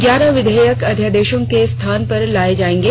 ग्यारह विधेयक अध्यादेशों के स्थान पर लाए जाएंगे